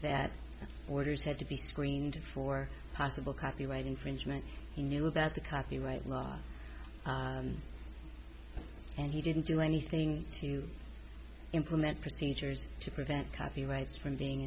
that orders had to be screened for possible copyright infringement he knew that the copyright law and he didn't do anything to implement procedures to prevent copyrights from being